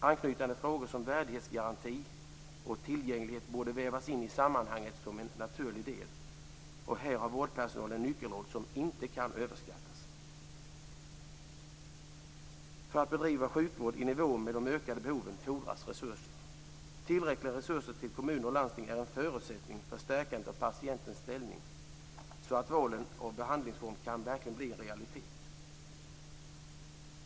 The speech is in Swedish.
Anknytande frågor, som värdighetsgaranti och tillgänglighet, borde vävas in i sammanhanget som en naturlig del. Vårdpersonalen har här en nyckelroll som inte kan överskattas. För att bedriva sjukvård i nivå med de ökade behoven fordras resurser. Tillräckliga resurser till kommuner och landsting är en förutsättning för stärkandet av patientens ställning, så att valet av behandlingsform verkligen kan bli en realitet.